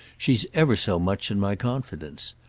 she's ever so much in my confidence.